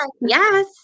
yes